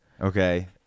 Okay